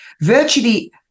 Virtually